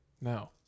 now